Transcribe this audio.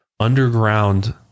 Underground